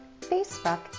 Facebook